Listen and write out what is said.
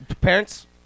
Parents